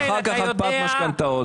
אחר כך הקפאת משכנתאות.